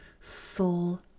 soul